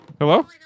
Hello